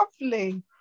Lovely